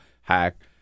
hack